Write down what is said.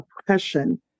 oppression